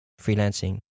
freelancing